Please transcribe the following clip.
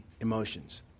emotions